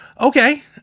Okay